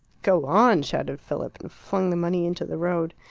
go on! shouted philip, and flung the money into the road.